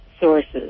sources